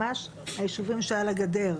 ממש היישובים שעל הגדר.